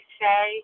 say